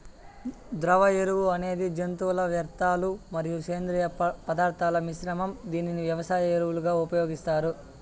ద్రవ ఎరువు అనేది జంతువుల వ్యర్థాలు మరియు సేంద్రీయ పదార్థాల మిశ్రమం, దీనిని వ్యవసాయ ఎరువులుగా ఉపయోగిస్తారు